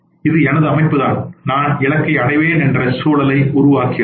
இது எனது அமைப்புதான் நான் இலக்கை அடைவேன் என்ற சூழ்நிலையை உருவாக்குகிறது